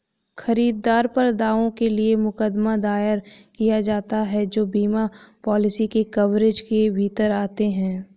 खरीदार पर दावों के लिए मुकदमा दायर किया जाता है जो बीमा पॉलिसी के कवरेज के भीतर आते हैं